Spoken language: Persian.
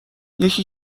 یکی